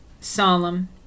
solemn